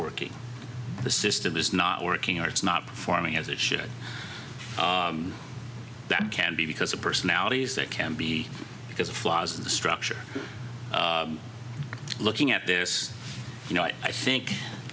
working the system is not working or it's not performing as it should that can be because of personalities that can be because of flaws in the structure looking at this you know i think